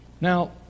Now